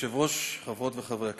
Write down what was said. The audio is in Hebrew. כבוד היושב-ראש, חברות וחברי הכנסת,